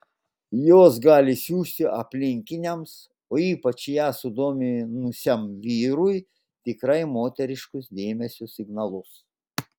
jos gali siųsti aplinkiniams o ypač ją sudominusiam vyrui tikrai moteriškus dėmesio signalus